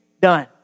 done